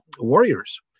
warriors